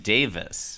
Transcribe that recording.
Davis